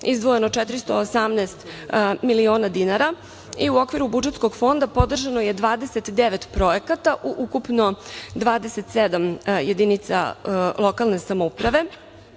izvojeno 418 miliona dinara i u okviru budžetskog fonda podržano je 29 projekata u ukupno 27 jedinica lokalne samouprave.